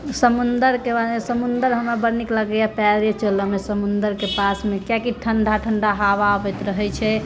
समुन्दर के बारे मे समुन्दर हमरा बड़ नीक लागैए पैरे चलऽ मे समुन्दर के पास मे कियाकि ठण्डा ठण्डा हावा आबैत रहै छै